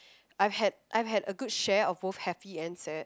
I've had I've had a good share of both happy and sad